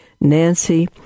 Nancy